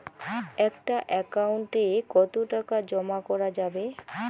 একটা একাউন্ট এ কতো টাকা জমা করা যাবে?